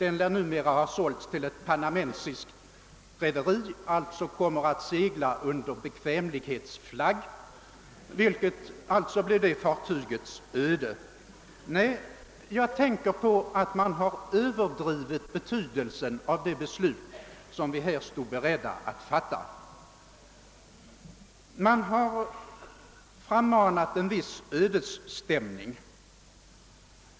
Den lär numera ha sålts till ett kanadensiskt rederi och kommer att segla under bekvämlighetsflagg, vilket alltså blir det fartygets öde. Jag vill nog påstå att man överdrivit betydelsen av det beslut som vi nu står beredda att fatta. Det har frammanats en viss ödesstämning.